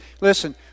Listen